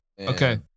Okay